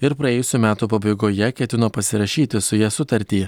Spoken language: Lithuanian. ir praėjusių metų pabaigoje ketino pasirašyti su ja sutartį